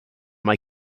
mae